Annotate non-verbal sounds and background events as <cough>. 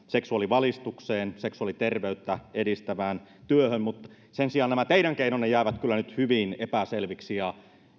<unintelligible> seksuaalivalistukseen ja seksuaaliterveyttä edistävään työhön sen sijaan nämä teidän keinonne jäävät kyllä nyt hyvin epäselviksi ja